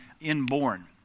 inborn